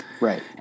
Right